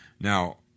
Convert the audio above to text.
Now